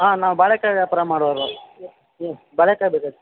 ಹಾಂ ನಾವು ಬಾಳೆಕಾಯಿ ವ್ಯಾಪಾರ ಮಾಡೋವ್ರು ಹ್ಞೂ ಬಾಳೆಕಾಯಿ ಬೇಕಾಗಿತ್